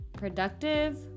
Productive